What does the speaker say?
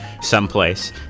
someplace